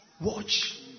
Watch